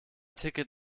ticket